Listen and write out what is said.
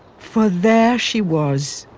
for there she was.